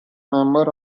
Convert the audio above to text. member